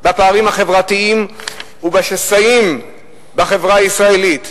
בפערים החברתיים ובשסעים בחברה הישראלית.